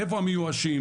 איפה המיואשים?